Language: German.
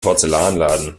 porzellanladen